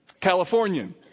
Californian